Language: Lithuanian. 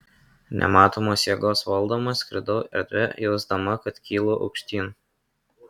nematomos jėgos valdoma skridau erdve jausdama kad kylu aukštyn